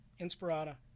inspirata